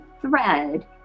thread